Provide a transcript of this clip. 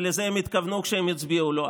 ושלזה הם התכוונו כשהם הצביעו לו,